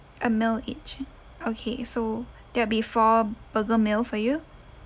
a meal each eh okay so that will be four burger meal for you